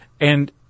And-